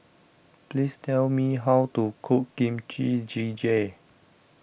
please tell me how to cook Kimchi Jjigae